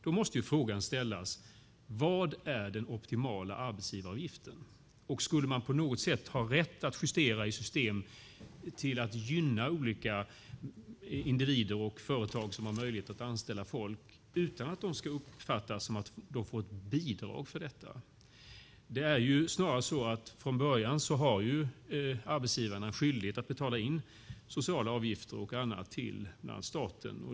Då måste frågan ställas: Vad är den optimala arbetsgivaravgiften? Skulle man på något sätt ha rätt att justera i system till att gynna olika individer och företag som har möjlighet att anställa folk utan att det ska uppfattas som att de får bidrag för detta? Från början har arbetsgivarna skyldighet att betala in sociala avgifter till bland annat staten.